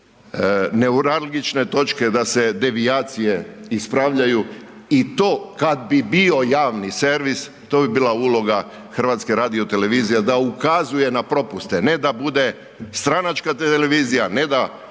neuralgične točke da se, devijacije ispravljaju i to kad bi bio javni servis, to bi bila uloga HRT-a, da ukazuje na propuste, ne da bude stranačka televizija, ne da